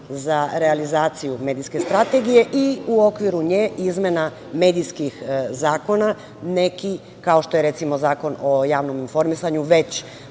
za realizaciju medijske strategije i u okviru nje izmena medijskih zakona nekih, kao što je Zakon o javnom informisanju već